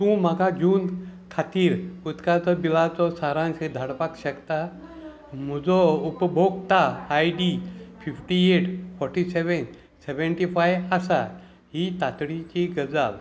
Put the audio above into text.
तूं म्हाका जून खातीर उदकाचो बिलाचो सारांश धाडपाक शकता म्हजो उपभोक्ता I D fifty eight forty seven seventy five आसा ही तातडीची गजाल